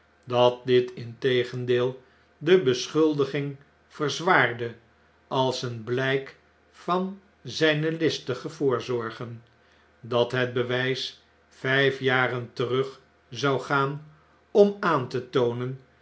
dat dit integendeel de beschuldiging verzwaarde als een bljjk van zjjne listige voorzorgen dat het bewp vijf jaren terug zou gaan om aan te toonen